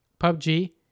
PUBG